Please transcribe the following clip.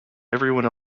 everyone